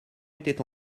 étaient